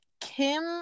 Kim